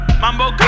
Mambo